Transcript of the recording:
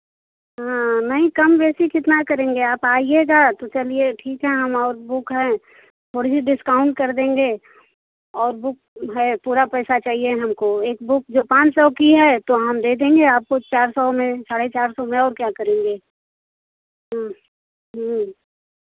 हाँ नहीं कम बेसी कितना करेंगे आप आइएगा तो चलिए ठीक है हम और बुक हैं थोड़ी सी डिस्काउंट कर देंगे और बुक है पूरा पैसा चाहिए हमको एक बुक जो पाँच सौ की है तो हम दे देंगे आपको चार सौ में साढ़े चार सौ में और क्या करेंगे